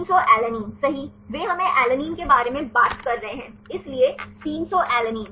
300 alanine सही वे हम एलानाइन के बारे में बात कर रहे हैं इसलिए 300 एलानाइन